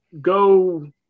go